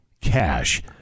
cash